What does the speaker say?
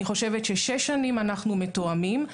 אני חושבת ששש שנים אנחנו מתואמים.